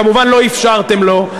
כמובן לא אפשרתם לו.